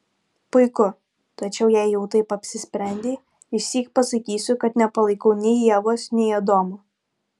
puiku tačiau jei jau taip apsisprendei išsyk pasakysiu kad nepalaikau nei ievos nei adomo